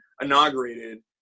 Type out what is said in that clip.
inaugurated